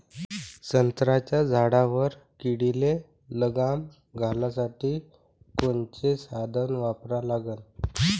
संत्र्याच्या झाडावर किडीले लगाम घालासाठी कोनचे साधनं वापरा लागन?